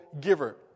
giver